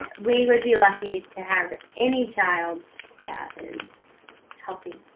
we would be lucky to have any child that is healthy